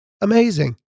amazing